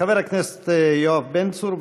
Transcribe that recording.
חבר הכנסת יואב בן צור,